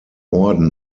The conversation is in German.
orden